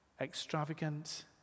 extravagant